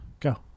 Go